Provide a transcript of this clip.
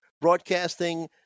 broadcasting